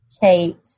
Kate